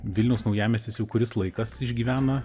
vilniaus naujamiestis jau kuris laikas išgyvena